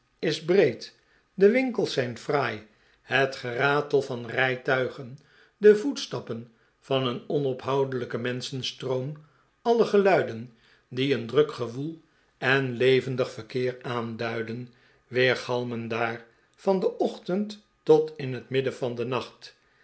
is breed de winkels zijn fraai het geratel van rijtuigen de voetstappen van een onophoudelijken menschenstroom alle geluiden die een druk gewoel en levendig verkeer aanduiden weergalmen daar van den ochtend tot in het midden van den nacht